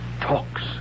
talks